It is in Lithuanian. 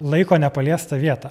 laiko nepaliestą vietą